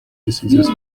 diseases